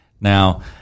Now